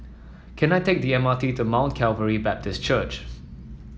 can I take the M R T to Mount Calvary Baptist Church